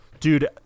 Dude